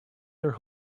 their